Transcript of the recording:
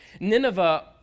Nineveh